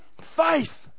faith